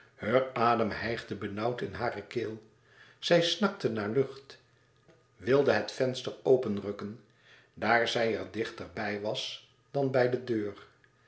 heur adem hijgde benauwd in hare keel zij snakte naar lucht wilde het venster openrukken daar zij er dichter bij was dan bij de deur